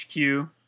HQ